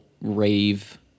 rave